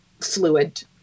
fluid